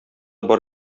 бар